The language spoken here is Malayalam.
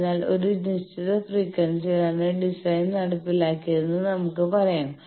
അതിനാൽ ഒരു നിശ്ചിത ഫ്രീക്വൻസിയിലാണ് ഡിസൈൻ നടപ്പിലാക്കിയതെന്ന് നമുക്ക് പറയാം